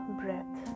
breath